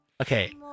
Okay